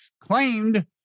claimed